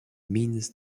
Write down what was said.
means